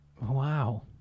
wow